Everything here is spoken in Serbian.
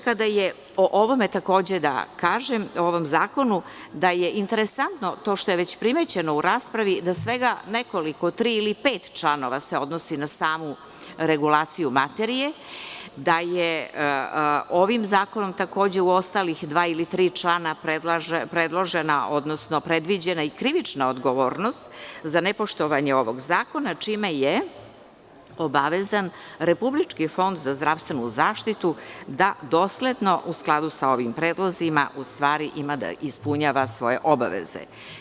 Kada je reč o ovom zakonu, želim da kažem da je interesantno to što je već primećeno u raspravi da se svega nekoliko, tri ili pet članova, odnosi na samu regulaciju materije, da je ovim zakonom takođe u ostalih dva ili tri člana predložena odnosno predviđena i krivična odgovornost za nepoštovanje ovog zakona, čime je obavezan Republički fond za zdravstvenu zaštitu da dosledno, u skladu sa ovim predlozima, ima da ispunjava svoje obaveze.